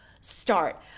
start